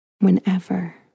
whenever